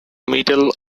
middle